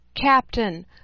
captain